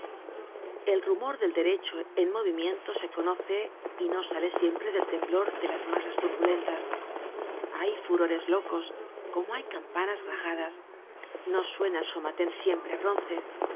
el rumor del derecho en movimiento se conoce y no sale siempre del temblor de las masas turbulentas hay furores locos como hay campanas rajadas no suena el somaten siempre á bronce